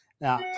Now